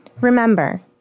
Remember